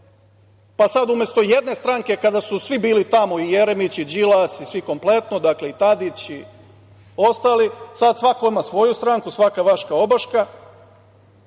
pa sada umesto jedne stranke, kada su svi bili tamo, i Jeremić, i Đilas i svi kompletno, dakle i Tadić i ostali, sada svako ima svoju stranku – svaka vaška obaška.